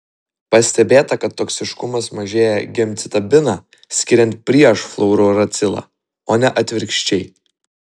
pastebėta kad toksiškumas mažėja gemcitabiną skiriant prieš fluorouracilą o ne atvirkščiai